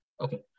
Okay